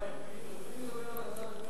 ברמה הערכית, אני מדבר על הצד הפלילי.